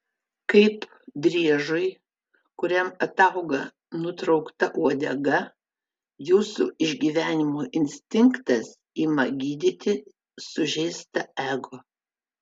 kaip driežui kuriam atauga nutraukta uodega jūsų išgyvenimo instinktas ima gydyti sužeistą ego